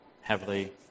heavily